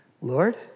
Lord